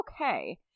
okay